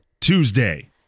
Tuesday